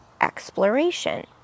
exploration